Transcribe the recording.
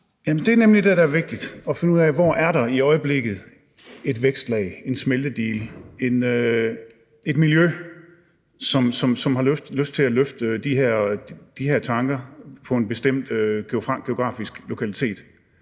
Det er nemlig det, der er vigtigt, altså at finde ud af, hvor der i øjeblikket er et vækstlag, en smeltedigel, et miljø, som har lyst til at løfte de her tanker på en bestemt geografisk lokalitet.